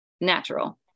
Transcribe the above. Natural